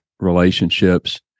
relationships